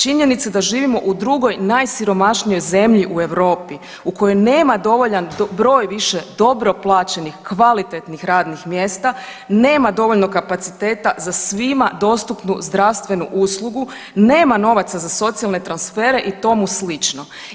Činjenica da živimo u drugoj najsiromašnijoj zemlji u Europi u kojoj nema dovoljan broj više dobro plaćenih kvalitetnih radnih mjesta, nema dovoljno kapaciteta za svima dostupnu zdravstvenu uslugu, nema novaca za socijalne transfere i tomu slično.